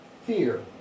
Fear